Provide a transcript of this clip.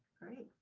great,